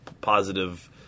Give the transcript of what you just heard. positive